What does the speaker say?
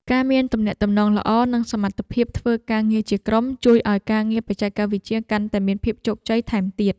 ការមានទំនាក់ទំនងល្អនិងសមត្ថភាពធ្វើការងារជាក្រុម ជួយឱ្យការងារបច្ចេកវិទ្យាកាន់តែមានភាពជោគជ័យថែមទៀត។